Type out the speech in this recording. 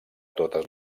totes